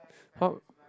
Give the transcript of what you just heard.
what